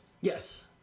Yes